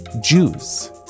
Jews